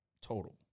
total